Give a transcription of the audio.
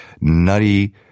nutty